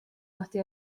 godi